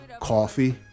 Coffee